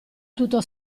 tutto